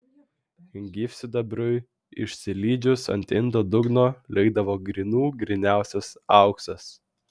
gyvsidabriui išsilydžius ant indo dugno likdavo grynų gryniausias auksas